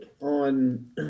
on